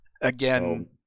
Again